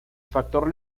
factor